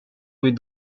with